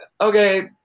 Okay